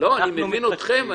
אני מבין אתכם,